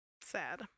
Sad